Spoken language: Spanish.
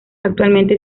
actualmente